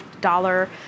dollar